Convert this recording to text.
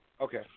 Okay